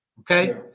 Okay